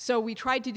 so we tried to